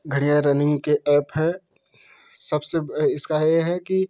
बढ़िया रनिंग के ऐप हैं सबसे इसका यह है कि